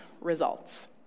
results